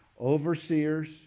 overseers